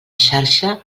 xarxa